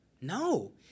No